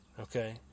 Okay